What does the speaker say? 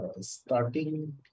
starting